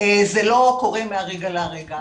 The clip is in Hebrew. זה לא קורה מהרגע להרגע.